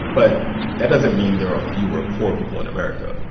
but that doesn't mean there are fewer poor people in america.